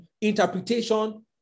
interpretation